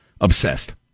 obsessed